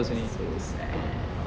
so sad